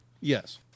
Yes